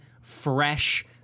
fresh